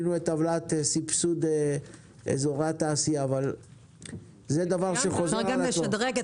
צריך ללכת בשיטה שהיא אורגנית לאזור אבל גם ליצור את מנועי הצמיחה.